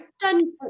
done